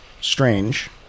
strange